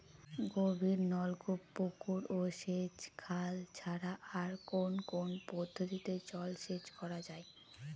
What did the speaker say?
গভীরনলকূপ পুকুর ও সেচখাল ছাড়া আর কোন কোন পদ্ধতিতে জলসেচ করা যায়?